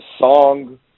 song